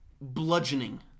bludgeoning